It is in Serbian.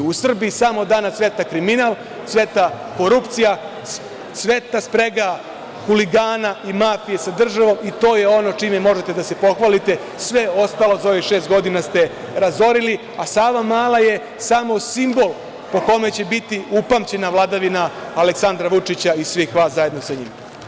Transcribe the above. U Srbiji samo danas cveta kriminal, cveta korupcija, cveta sprega huligana i mafije sa državom i to je ono čime možete da se pohvalite, sve ostalo za ovih šest godina ste razorili, a Savamala je samo simbol po kome će biti upamćena vladavina Aleksandra Vučića i svih vas zajedno sa njim.